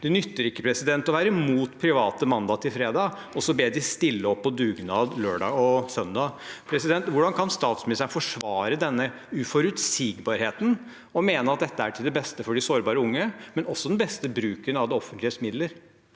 Det nytter ikke å være imot private mandag til fredag, og så be dem stille opp på dugnad lørdag og søndag. Hvordan kan statsministeren forsvare denne uforutsigbarheten og mene at dette er til beste for de sårbare unge – og den beste bruken av det offentliges midler?